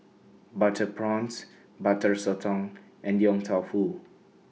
Butter Prawns Butter Sotong and Yong Tau Foo